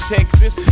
Texas